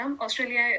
Australia